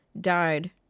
died